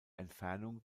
entfernung